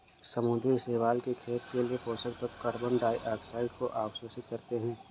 समुद्री शैवाल के खेत के लिए पोषक तत्वों कार्बन डाइऑक्साइड को अवशोषित करते है